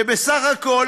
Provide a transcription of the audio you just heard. שבסך הכול